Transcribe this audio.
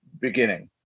beginning